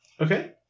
Okay